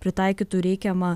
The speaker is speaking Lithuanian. pritaikytų reikiamą